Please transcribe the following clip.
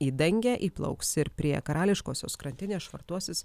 į dangę įplauks ir prie karališkosios krantinės švartuosis